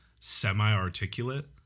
semi-articulate